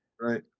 Right